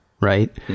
right